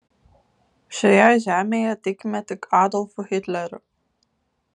šioje žemėje tikime tik adolfu hitleriu